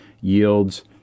yields